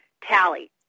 Tally